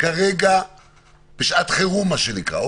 כרגע בשעת חירום מה שנקרא.